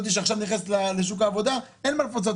זאת שעכשיו נכנסת לשוק העבודה, אין מה לפצות.